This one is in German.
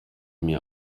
mir